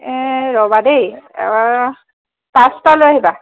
এই ৰ'বা দেই পাঁচটা লৈ আহিবা